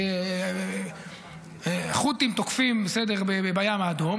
החות'ים תוקפים בים האדום,